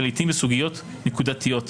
ולעתים בסוגיות נקודתיות.